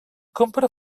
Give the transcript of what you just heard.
compra